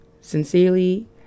Sincerely